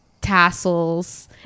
tassels